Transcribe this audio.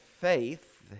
faith